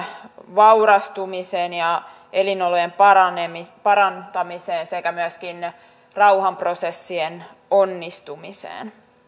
vaurastumiseen ja elinolojen parantamiseen sekä myöskin rauhanprosessien onnistumiseen